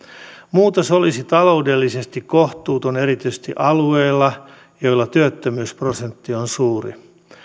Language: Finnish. muutos olisi taloudellisesti kohtuuton erityisesti alueilla joilla työttömyysprosentti on suuri